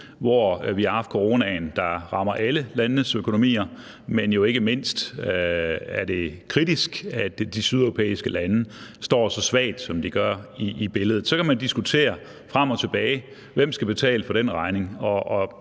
hvor vi har haft coronaen, der rammer alle landenes økonomier, men jo ikke mindst er det kritisk, at de sydeuropæiske lande står så svagt, som de gør, i billedet. Så kan man diskutere frem og tilbage, hvem der skal betale for den regning.